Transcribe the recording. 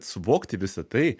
suvokti visa tai